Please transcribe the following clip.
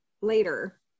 later